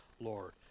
Lord